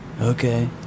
Okay